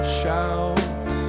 shout